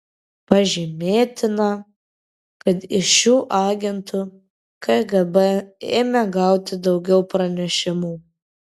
pažymėtina kad iš šių agentų kgb ėmė gauti daugiau pranešimų